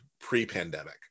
pre-pandemic